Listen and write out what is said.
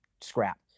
scrap